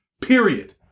period